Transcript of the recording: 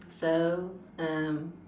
so um